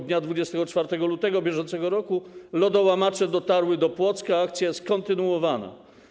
Dnia 24 lutego br. lodołamacze dotarły do Płocka, akcja jest kontynuowana.